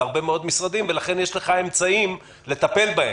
והרבה מאוד משרדים ולכן יש לך אמצעים לטפל בהם.